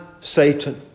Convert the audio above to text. Satan